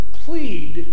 plead